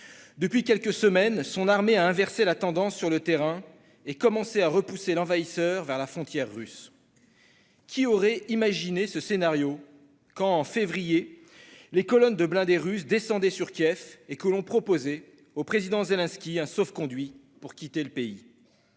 Depuis quelques semaines, son armée a inversé la tendance sur le terrain et commencé à repousser l'envahisseur vers la frontière russe. Qui aurait imaginé ce scénario quand, en février, les colonnes de blindés russes descendaient sur Kiev et qu'un sauf-conduit était proposé au président Zelensky pour quitter le pays ?